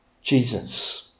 Jesus